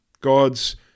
God's